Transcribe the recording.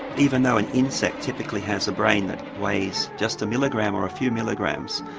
even though an insect typically has a brain that weighs just a milligram or a few milligrams,